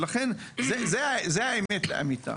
וזאת האמת לאמיתה.